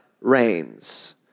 reigns